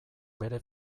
bere